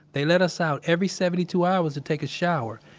they let us out every seventy two hours to take a shower,